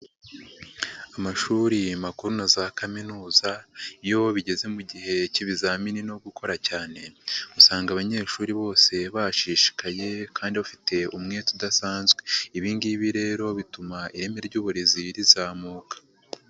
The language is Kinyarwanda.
Amashuri makuru na za kaminuza iyo bigeze mu gihe k'ibizamini no gukora cyane usanga abanyeshuri bose bashishikaye kandi bafite umwete udasanzwe, ibi ngibi rero bituma ireme ry'uburezi rizamuka.